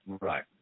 Right